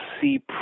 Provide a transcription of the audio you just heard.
see